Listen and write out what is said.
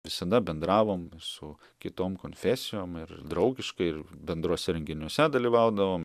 visada bendravom su kitom konfesijom ir draugiškai ir bendruose renginiuose dalyvaudavom